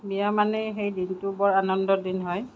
বিয়া মানেই সেই দিনটো বৰ আনন্দৰ দিন হয়